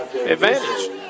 advantage